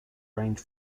range